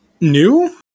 new